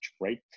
right